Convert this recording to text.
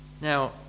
now